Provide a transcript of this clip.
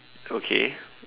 okay